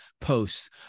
posts